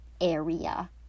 Area